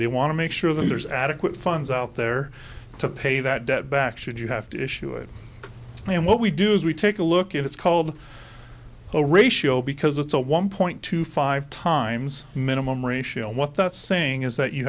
they want to make sure that there's adequate funds out there to pay that debt back should you have to issue it and what we do is we take a look at it's called a ratio because it's a one point two five times minimum ratio what that's saying is that you